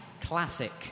classic